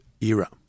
era